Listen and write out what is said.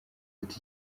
ati